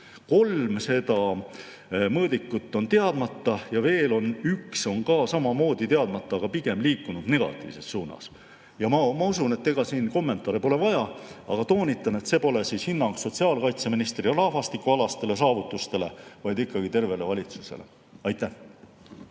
Kolm mõõdikut on teadmata, veel üks on samamoodi teadmata, aga pigem liikunud negatiivses suunas. Ma usun, et siin kommentaare pole vaja, aga toonitan, et see pole hinnang sotsiaalkaitseministri rahvastikualastele saavutustele, vaid ikkagi tervele valitsusele. Aitäh!